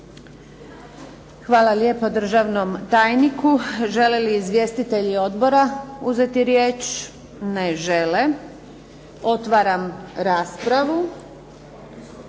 Hvala lijepa državnom tajniku. Žele li izvjestitelji odbora uzeti riječ? Ne žele. Otvaram raspravu.